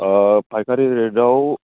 अ पाइकारि रेटआव